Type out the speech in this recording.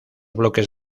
bloques